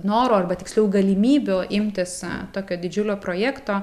noro arba tiksliau galimybių imtis tokio didžiulio projekto